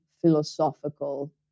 philosophical